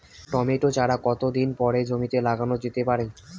Tomato চারা কতো দিন পরে জমিতে লাগানো যেতে পারে?